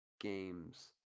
games